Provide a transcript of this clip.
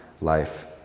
life